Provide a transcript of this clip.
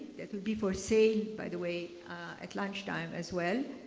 that will be for sale by the way at lunchtime as well.